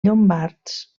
llombards